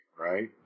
right